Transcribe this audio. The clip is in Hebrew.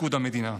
לתפקוד המדינה.